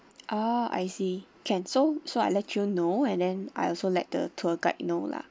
ah I see can so so I let you know and then I also like the tour guide know lah